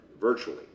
virtually